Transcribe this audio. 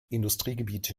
industriegebiet